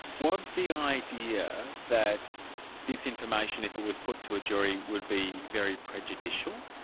was the idea that this information, if it was put to a jury, would be very prejudicial?